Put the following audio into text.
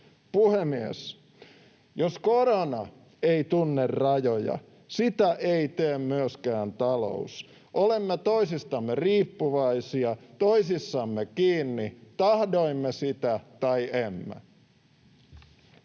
Puhemies! Jos korona ei tunne rajoja, sitä ei tee myöskään talous. Olemme toisistamme riippuvaisia, toisissamme kiinni, tahdoimme sitä tai emme.